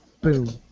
Boom